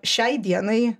šiai dienai